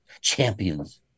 champions